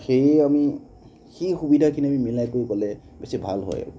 সেয়ে আমি সেই সুবিধাখিনি আমি মিলাই কৰি গ'লে বেছি ভাল হয়